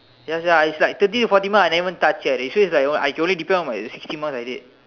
ya sia it's like thirty to forty marks I even never touch eh they say it's like I can only depend on my sixty marks I did